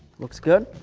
looks good,